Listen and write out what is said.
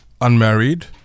unmarried